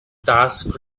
task